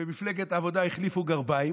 במפלגת העבודה החליפו גרביים,